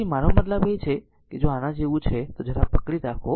તેથી આ મારો મતલબ છે કે જો તે આના જેવું છે તો જરા પકડી રાખો